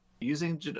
using